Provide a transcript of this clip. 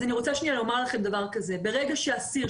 אז אני רוצה שנייה לומר לכם דבר כזה: ברגע שאסיר,